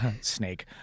Snake